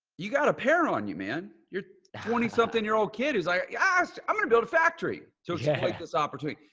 you got a pair on you, man. you're twenty something year old kid. who's i asked, i'm going to build a factory to exploit yeah like this opportunity.